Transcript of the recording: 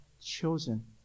chosen